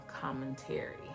commentary